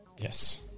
Yes